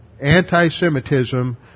anti-Semitism